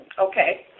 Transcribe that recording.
Okay